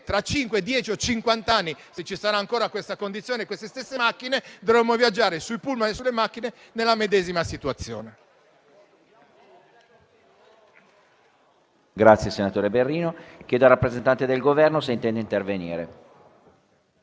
o cinquant'anni, se ci sarà ancora questa condizione e con queste stesse macchine, dovremo viaggiare sui *pullman* e sulle macchine nella medesima situazione.